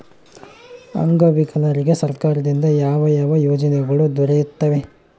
ಅಂಗವಿಕಲರಿಗೆ ಸರ್ಕಾರದಿಂದ ಯಾವ ಯಾವ ಯೋಜನೆಗಳು ದೊರೆಯುತ್ತವೆ?